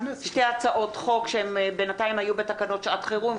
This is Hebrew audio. שתי הצעות חוק שבינתיים היו בתקנות שעת חירום,